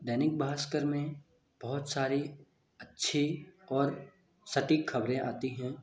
दैनिक भास्कर में बहुत सारी अच्छी और सटीक खबरें आती हैं